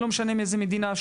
ולא משנה מאיזו מדינה.